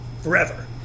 forever